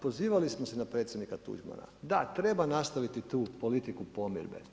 Pozivali smo se na predsjednika Tuđmana, da, treba nastaviti tu politiku pomirbe.